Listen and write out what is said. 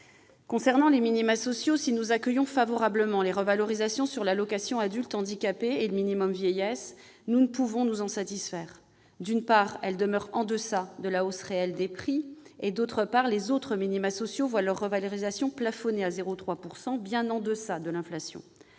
Concernant les minima sociaux, si nous accueillons favorablement les revalorisations de l'allocation aux adultes handicapés et du minimum vieillesse, nous ne pouvons nous en satisfaire. D'une part, elles demeurent en deçà de la hausse réelle des prix ; d'autre part, les autres minima sociaux voient leurs revalorisations plafonnées à 0,3 %, bien en deçà de l'inflation.